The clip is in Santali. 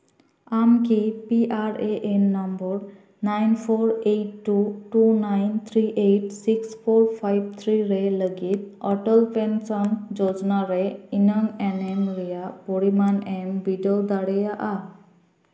ᱟᱢ ᱠᱤ P R A M number nine four eight two two nine three eight six four five three ᱨᱮ ᱞᱟᱹᱜᱤᱫ ᱚᱴᱚᱞ ᱯᱮᱱᱥᱚᱱ ᱡᱳᱡᱚᱱᱟ ᱨᱮ ᱤᱧᱟᱹᱝ ᱮᱱᱮᱢ ᱨᱮᱭᱟᱜ ᱯᱚᱨᱤᱢᱟᱱ ᱮᱢ ᱵᱤᱰᱟᱹᱣ ᱫᱟᱲᱮᱭᱟᱜᱼᱟ